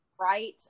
right